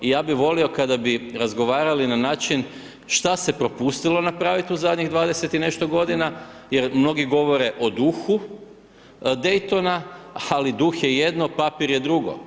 Ja bi volio kada bi razgovarali na način šta se propustilo napraviti u zadnjih 20 i nešto godina jer mnogi govore o duhu Daytona ali duh je jedno, papir je drugo.